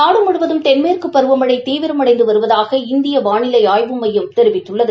நாடு முழுவதும் தென்மேற்கு பருவமழை தீவிரமடைந்து வருவதாக இந்திய வானிலை ஆய்வு மையம் தெரிவித்துள்ளது